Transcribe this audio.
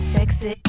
Sexy